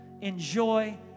Enjoy